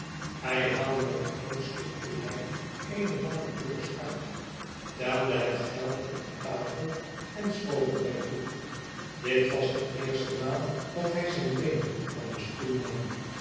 hij haalde met de grootste koelheid eene lange beurs uit telde het geld op de tafel en schoof het mij toe dit was de eerste maal dat hij zijn been van den stoel nam